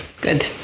Good